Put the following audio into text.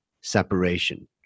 separation